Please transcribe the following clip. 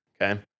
okay